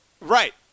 Right